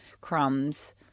crumbs